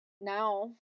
now